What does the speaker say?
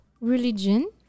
religion